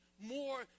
more